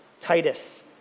Titus